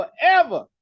forever